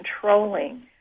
controlling